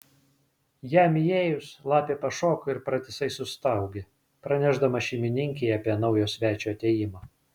jam įėjus lapė pašoko ir pratisai sustaugė pranešdama šeimininkei apie naujo svečio atėjimą